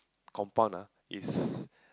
compound ah is